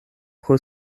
pro